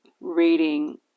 reading